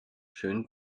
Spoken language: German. schönen